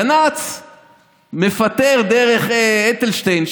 גנץ מפטר דרך אלטשטיין,